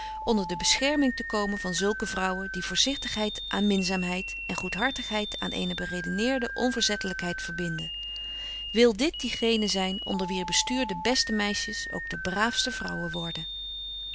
onder de bescherming te komen van zulke vrouwen die voorzichtigheid aan minzaamheid en goedhartigheid aan eene beredeneerde onverzetlykheid verbinden wyl dit die geenen zyn onder wier bestuur de beste meisjes ook de braafste vrouwen worden